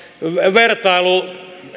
vertailu